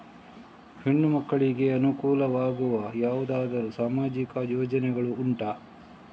ಹೆಣ್ಣು ಮಕ್ಕಳಿಗೆ ಅನುಕೂಲವಾಗುವ ಯಾವುದಾದರೂ ಸಾಮಾಜಿಕ ಯೋಜನೆಗಳು ಉಂಟಾ?